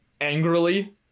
angrily